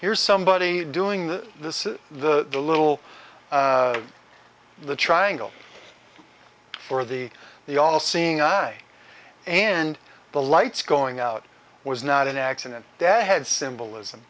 here's somebody doing the this is the little the triangle or the the all seeing eye and the lights going out was not an accident they had symbolism